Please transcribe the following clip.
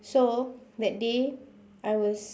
so that day I was